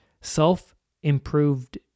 self-improved